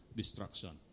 destruction